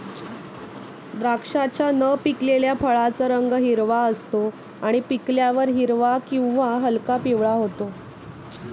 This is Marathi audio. द्राक्षाच्या न पिकलेल्या फळाचा रंग हिरवा असतो आणि पिकल्यावर हिरवा किंवा हलका पिवळा होतो